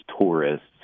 tourists